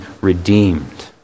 redeemed